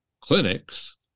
clinics